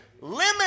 limit